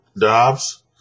Dobbs